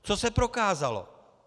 Co se prokázalo?